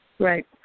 Right